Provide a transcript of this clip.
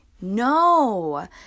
no